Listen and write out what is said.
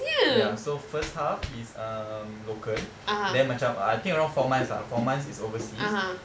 ya so first half is um local then macam I think around four months lah four months is overseas